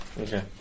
Okay